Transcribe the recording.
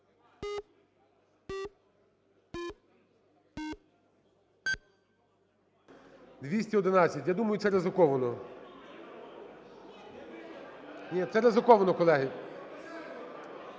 211. Я думаю, це ризиковано. Це ризиковано, колеги.